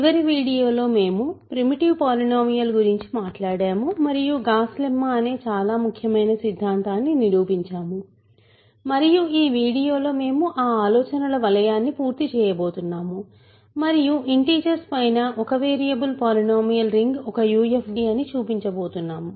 చివరి వీడియోలో మేము ప్రిమిటివ్ పాలినోమియల్ గురించి మాట్లాడాము మరియు గాస్ లెమ్మా అనే చాలా ముఖ్యమైన సిద్ధాంతాన్ని నిరూపించాము మరియు ఈ వీడియోలో మేము ఆ ఆలోచనల వలయాన్ని పూర్తి చేయబోతున్నాము మరియు ఇంటిజర్స్ పైన ఒక వేరియబుల్ పాలినోమియల్ రింగ్ ఒక UFD అని చూపించబోతున్నాము